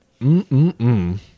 Mm-mm-mm